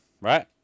right